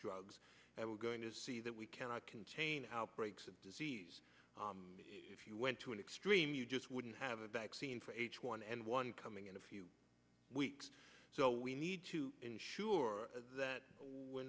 drugs that we're going to see that we cannot contain outbreaks of disease if you went to an extreme you just wouldn't have a vaccine for h one n one coming in a few weeks so we need to ensure that we're